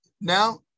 now